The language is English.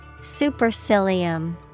Supercilium